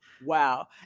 Wow